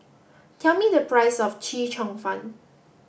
tell me the price of Chee Cheong Fun